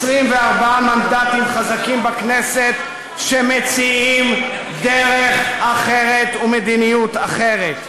24 מנדטים חזקים בכנסת שמציעים דרך אחרת ומדיניות אחרת.